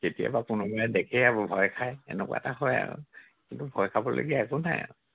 কেতিয়াবা কোনোবাই দেখে আৰু ভয় খায় এনেকুৱা এটা হয় আৰু কিন্তু ভয় খাবলগীয়া একো নাই